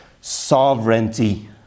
sovereignty